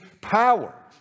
power